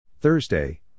Thursday